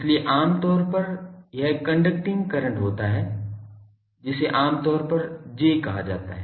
इसलिए आम तौर पर यह कंडक्टिंग करंट होता है जिसे आम तौर पर J कहा जाता है